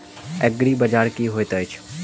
एग्रीबाजार की होइत अछि?